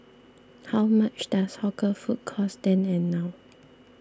how much does hawker food cost then and now